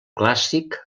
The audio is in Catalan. clàssic